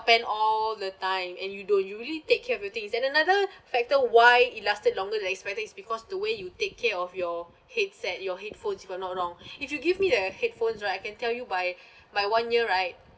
pen all the time and you do you really take care of your things and another factor why it lasted longer than expected is because the way you take care of your headset your headphones if I'm not wrong if you give me the headphones right I can tell you by by one year right